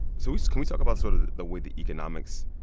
so we can we talk about sort of the way the economics,